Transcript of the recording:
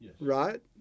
right